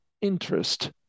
interest